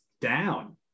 down